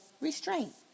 restraint